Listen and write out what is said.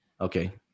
okay